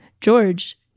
George